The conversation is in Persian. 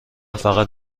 فقط